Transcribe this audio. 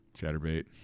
ChatterBait